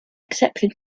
exception